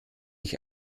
ich